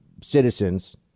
citizens